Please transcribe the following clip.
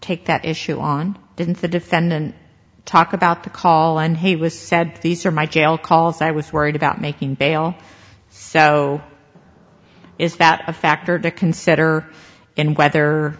take that issue on didn't the defendant talk about the call and he was said these are my jail calls and with worried about making bail so is that a factor to consider and whether